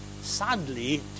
Sadly